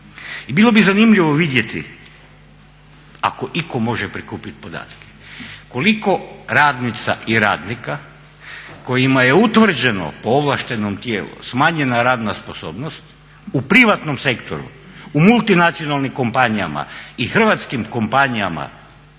I bilo bi zanimljivo vidjeti ako itko može prikupiti podatke koliko radnica i radnika kojima je utvrđeno po ovlaštenom tijelu smanjena radna sposobnost u privatnom sektoru, u multinacionalnim kompanijama i hrvatskim kompanijama